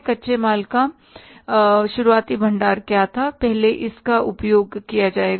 कच्चे माल का शुरुआती भंडार क्या था पहले इसका उपयोग किया जाएगा